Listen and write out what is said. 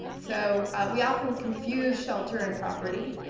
so we often confuse shelter and property.